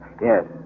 Yes